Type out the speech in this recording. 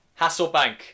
Hasselbank